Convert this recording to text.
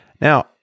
Now